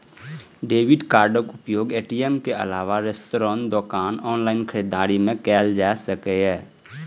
debit कार्डक उपयोग ATM के अलावे रेस्तरां, दोकान, ऑनलाइन खरीदारी मे कैल जा सकैए